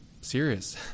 serious